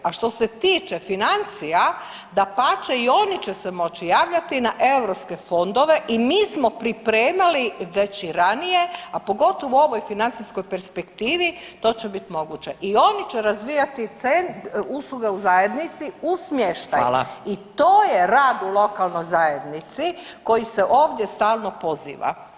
A što se tiče financija dapače i oni će se moći javljati na europske fondove i mi smo pripremali već i ranije, a pogotovo u ovoj financijskoj perspektivi to će biti moguće i oni će razvijati …/nerazumljivo/… usluge u zajednici u smještaj [[Upadica: Hvala.]] i to je rad u lokalnoj zajednici koji se ovdje stalno poziva.